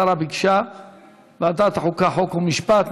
השרה ביקשה ועדת החוקה, חוק ומשפט.